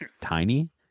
tiny